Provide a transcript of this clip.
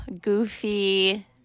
goofy